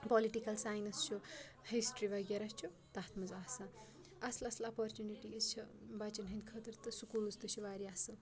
political science چھُ history وغیرہ چھُ تَتھ منٛز آسان اَصٕل اَصٕل اَپورچُنِٹیٖز چھِ بَچَن ہٕنٛدۍ خٲطرٕ تہٕ سکوٗلٕز تہِ چھِ واریاہ اَصٕل